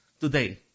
today